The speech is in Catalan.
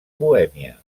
bohèmia